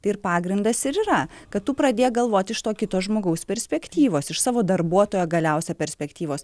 tai ir pagrindas ir yra kad tu pradėk galvoti iš to kito žmogaus perspektyvos iš savo darbuotojo galiausia perspektyvos